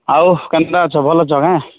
ଆଉ କେନ୍ତା ଅଛ ଭଲ ଅଛ କେ